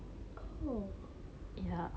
oh